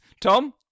Tom